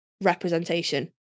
representation